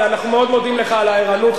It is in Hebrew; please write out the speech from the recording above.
אנחנו מאוד מודים לך על הערנות,